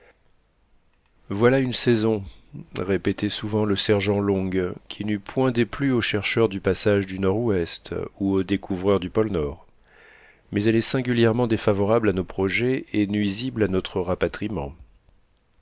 voilà une saison répétait souvent le sergent long qui n'eût point déplu aux chercheurs du passage du nord-ouest ou aux découvreurs du pôle nord mais elle est singulièrement défavorable à nos projets et nuisible à notre rapatriement